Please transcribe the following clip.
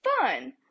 fun